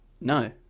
No